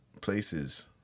places